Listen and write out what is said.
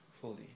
fully